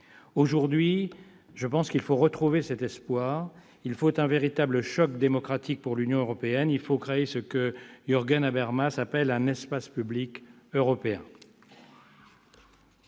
Aujourd'hui, il nous faut retrouver cet espoir, provoquer un véritable choc démocratique pour l'Union européenne, afin de créer ce que Jürgen Habermas appelle un « espace public européen